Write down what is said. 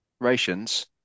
Rations